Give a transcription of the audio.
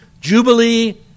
jubilee